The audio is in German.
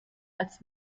als